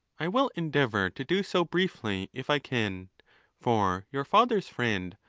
i will endeavour to do so briefly, if i can for your father's friend,